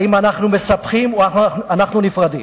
האם אנחנו מסבכים או אנחנו נפרדים?